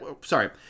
Sorry